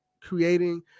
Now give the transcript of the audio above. creating